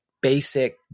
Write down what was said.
basic